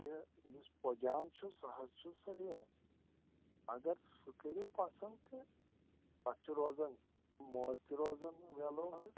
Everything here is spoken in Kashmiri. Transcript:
تہٕ یُس پٲجامہٕ چھُس سُہ حظ چھُس سَفیٖد رنٛگ اَگر سُہ کٔرِو پَسَنٛد تہٕ تَتھ چُھ روزان موزٕ تہِ روزان یَلو حظ